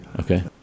okay